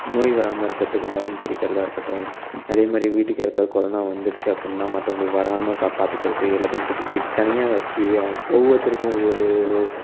நோய் வரமால் இருக்கிறதுக்கு மருந்து தெளிக்கிறதாக இருக்கட்டும் அதேமாதிரி வீட்டுக்கு யாருக்காவது கொரோனா வந்துடுச்சு அப்புடின்னா மற்றவங்களுக்கு வரமால் காப்பாத்துக்கிறது எல்லாத்தையும் தூக்கிட்டு போய் தனியாக வச்சு அவங்க ஒவ்வொருத்தருக்கும் ஒவ்வொரு